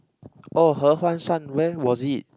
oh He-Huan-Shan where was it